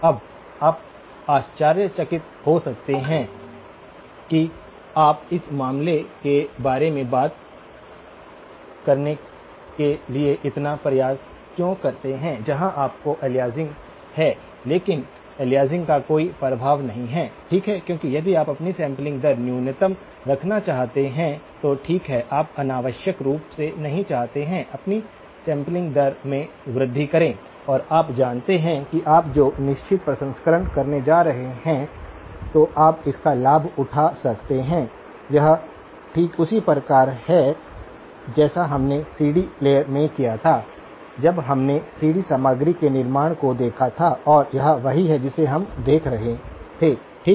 अब आप आश्चर्यचकित हो सकते हैं कि आप उस मामले के बारे में बात करने के लिए इतना प्रयास क्यों करते हैं जहां आपको अलियासिंग है लेकिन अलियासिंग का कोई प्रभाव नहीं है ठीक है क्योंकि यदि आप अपनी सैंपलिंग दर न्यूनतम रखना चाहते हैं तो ठीक है आप अनावश्यक रूप से नहीं चाहते हैं अपनी सैंपलिंग दर में वृद्धि करें और आप जानते हैं कि आप जो निश्चित प्रसंस्करण करने जा रहे हैं तो आप इसका लाभ उठा सकते हैं यह ठीक उसी प्रकार है जैसा हमने सीडी प्लेयर में किया था जब हमने सीडी सामग्री के निर्माण को देखा था और यह वही है जिसे हम देख रहे थे ठीक